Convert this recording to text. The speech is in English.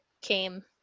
came